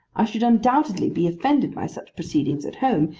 i should undoubtedly be offended by such proceedings at home,